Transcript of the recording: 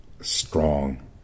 strong